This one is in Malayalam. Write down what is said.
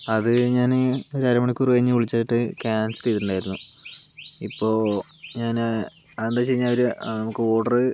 അത് ഞാൻ ഒരു അരമണിക്കൂർ കഴിഞ്ഞ് വിളിച്ചിട്ട് ക്യാൻസൽ ചെയ്തിട്ട് ഉണ്ടായിരുന്നു ഇപ്പോൾ ഞാൻ അതെന്താണെന്ന് വെച്ച് കഴിഞ്ഞാൽ അവർ നമ്മൾക്ക് ഓർഡറ്